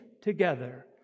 together